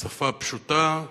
השפה הפשוטה,